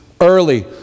early